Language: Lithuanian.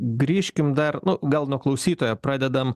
grįžkim dar nu gal nuo klausytojo pradedam